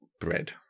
bread